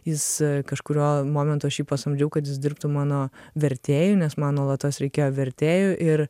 jis kažkuriuo momentu aš jį pasamdžiau kad jis dirbtų mano vertėju nes man nuolatos reikėjo vertėjų ir